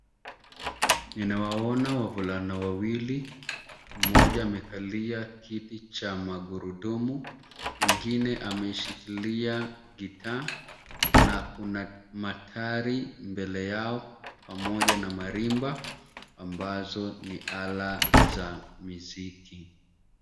Ninawaona wavulana wawili, mmoja amekalia kiti cha magurudumu mwingine ameshikilia gitaa na kuna matari mbele yao pamoja na marimba ambazo ni ala za miziki.